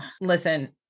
Listen